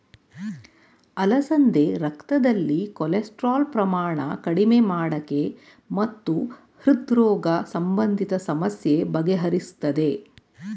ಅಲಸಂದೆ ರಕ್ತದಲ್ಲಿ ಕೊಲೆಸ್ಟ್ರಾಲ್ ಪ್ರಮಾಣ ಕಡಿಮೆ ಮಾಡಕೆ ಮತ್ತು ಹೃದ್ರೋಗ ಸಂಬಂಧಿತ ಸಮಸ್ಯೆ ಬಗೆಹರಿಸ್ತದೆ